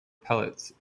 pellets